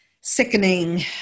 sickening